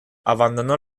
abandonó